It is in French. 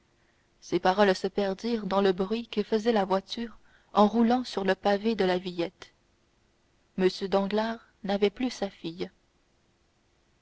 ces paroles se perdirent dans le bruit que faisait la voiture en roulant sur le pavé de la villette m danglars n'avait plus sa fille